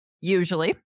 usually